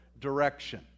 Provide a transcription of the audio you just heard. direction